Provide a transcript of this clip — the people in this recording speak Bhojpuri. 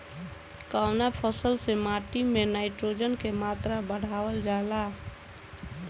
कवना फसल से माटी में नाइट्रोजन के मात्रा बढ़ावल जाला?